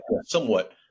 somewhat